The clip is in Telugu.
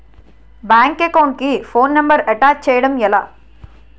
బ్యాంక్ అకౌంట్ కి ఫోన్ నంబర్ అటాచ్ చేయడం ఎలా?